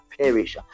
perish